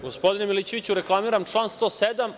Gospodine Milićeviću, reklamiram član 107.